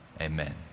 amen